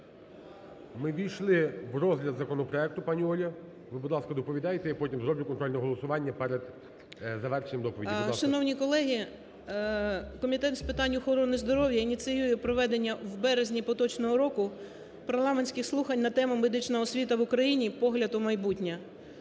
Ми ввійшли в розгляд законопроекту, пані Оля. Ви, будь ласка, доповідайте, я потім зроблю контрольне голосування перед завершенням доповіді. Будь ласка. 11:47:27 БОГОМОЛЕЦЬ О.В. Шановні колеги, Комітет з питань охорони здоров'я ініціює проведення в березні поточного року парламентських слухань на тему: "Медична освіта в Україні: погляд у майбутнє".